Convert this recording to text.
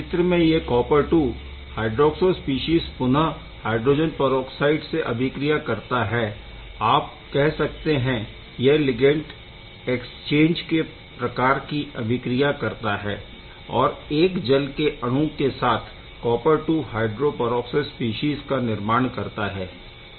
चित्र में यह कॉपर II हाइड्रोक्सो स्पीशीज़ पुनः हाइड्रोजन परऑक्साइड से अभिक्रिया करता है आप कह सकते है यह लिगैण्ड एक्सचेंज के प्रकार की अभिक्रिया करता है और एक जल के अणु के साथ copper II hydro peroxo species का निर्माण करता है